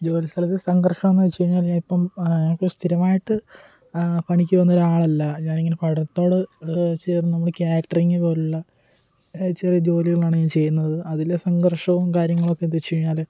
ജോലിസ്ഥലത്ത് സംഘർഷം എന്ന് വച്ച് കഴിഞ്ഞാൽ ഞാനിപ്പം എനിക്ക് സ്ഥിരമായിട്ട് പണിക്ക് വന്നൊരാളല്ല ഞാനിങ്ങനെ പടത്തോട് ചെയ്ത് നമ്മള് കാറ്ററിങ്ങ് പോലുള്ള ജോലികളാണ് ഞാൻ ചെയ്യുന്നത് അതിലെ സംഘർഷവും കാര്യങ്ങളൊക്കെ എന്താച്ച് കഴിഞ്ഞാല്